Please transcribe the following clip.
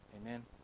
Amen